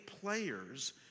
players